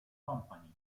company